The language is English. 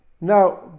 Now